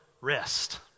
rest